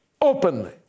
openly